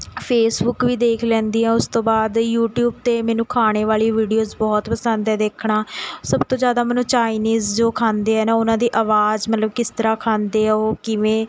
Facebook ਵੀ ਦੇਖ ਲੈਂਦੀ ਹਾਂ ਉਸ ਤੋਂ ਬਾਅਦ ਯੂਟਿਊਬ 'ਤੇ ਮੈਨੂੰ ਖਾਣੇ ਵਾਲੀ ਵੀਡੀਓਜ਼ ਬਹੁਤ ਪਸੰਦ ਹੈ ਦੇਖਣਾ ਸਭ ਤੋਂ ਜ਼ਿਆਦਾ ਮੈਨੂੰ ਚਾਈਨੀਜ਼ ਜੋ ਖਾਂਦੇ ਆ ਨਾ ਉਹਨਾਂ ਦੀ ਆਵਾਜ਼ ਮਤਲਬ ਕਿਸ ਤਰ੍ਹਾਂ ਖਾਂਦੇ ਆ ਉਹ ਕਿਵੇਂ